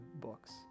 books